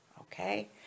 Okay